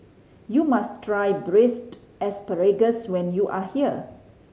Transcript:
you must try Braised Asparagus when you are here